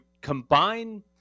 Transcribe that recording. combine